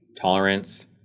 tolerance